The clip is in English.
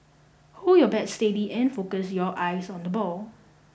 hold your bat steady and focus your eyes on the ball